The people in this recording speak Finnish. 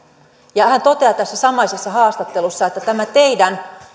hän toteaa tässä samaisessa haastattelussa että tämä teidän